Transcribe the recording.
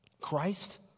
Christ